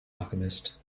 alchemist